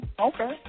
okay